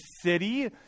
city